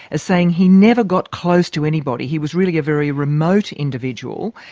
as saying he never got close to anybody, he was really a very remote individual.